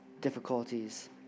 difficulties